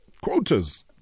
quotas